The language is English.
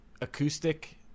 acoustic